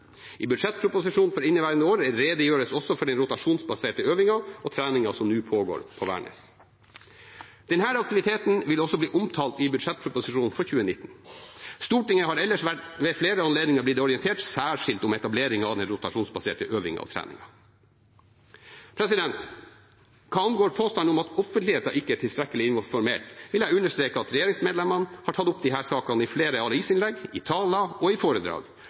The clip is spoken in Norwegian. I budsjettproposisjonen for inneværende år redegjøres det også for den rotasjonsbaserte øvingen og treningen som nå pågår på Værnes. Denne aktiviteten vil også bli omtalt i budsjettproposisjonen for 2019. Stortinget har ellers ved flere anledninger blitt orientert særskilt om etableringen av den rotasjonsbaserte øvingen og treningen. Hva angår påstanden om at offentligheten ikke er tilstrekkelig informert, vil jeg understreke at regjeringsmedlemmer har tatt opp disse sakene i flere avisinnlegg, i taler og i foredrag,